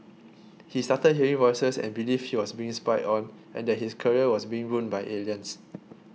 he started hearing voices and believed he was being spied on and that his career was being ruined by aliens